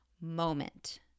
moment